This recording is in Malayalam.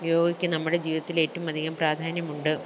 യോഗയ്ക്ക് നമ്മുടെ ജീവിതത്തിൽ ഏറ്റവും അധികം പ്രാധാന്യമുണ്ട്